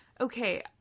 Okay